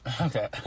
Okay